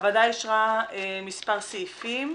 הוועדה אישרה מספר סעיפים.